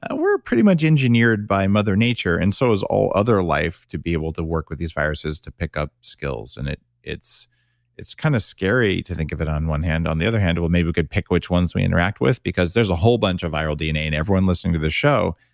ah we're pretty much engineered by mother nature and so is all other life to be able to work with these viruses to pick up skills and it's it's kind of scary to think of it on one hand, on the other hand, well maybe we could pick which ones we interact with, because there's a whole bunch of viral dna, and everyone listening to the show,